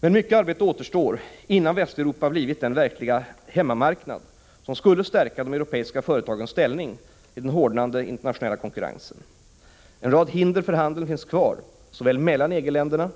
Men mycket arbete återstår innan Västeuropa blivit den verkliga hemmamarknad som skulle stärka de europeiska företagens ställning i den hårdnande internationella konkurrensen. En rad hinder för handeln finns kvar såväl mellan EG-länderna,